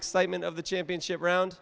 excitement of the championship round